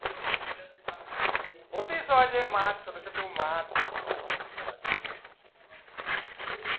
অতি সহজে মাছ ছোটো ছোটো মাছ